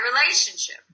relationship